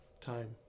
time